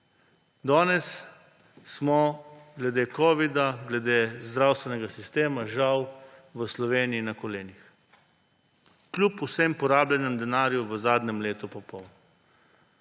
Danes smo glede covida, glede zdravstvenega sistema žal v Sloveniji na kolenih kljub vsemu porabljenemu denarju v zadnjem letu pa pol.